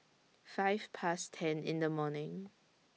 five Past ten in The morning